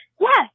yes